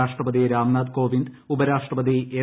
രാഷ്ട്രപതി രാം നാഥ് കോവിന്ദ് ഉപർാഷ്ട്രപതി എം